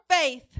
faith